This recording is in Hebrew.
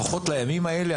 לפחות לימים האלה,